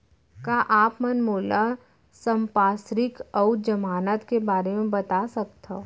का आप मन मोला संपार्श्र्विक अऊ जमानत के बारे म बता सकथव?